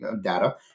data